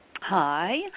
Hi